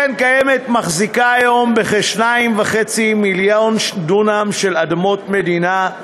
קרן קיימת מחזיקה היום בכ-2.5 מיליון דונם של אדמות מדינה,